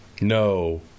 No